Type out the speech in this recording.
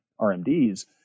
RMDs